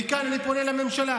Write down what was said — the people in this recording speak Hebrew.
מכאן אני פונה לממשלה: